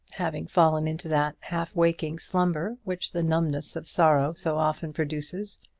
having fallen into that half-waking slumber which the numbness of sorrow so often produces,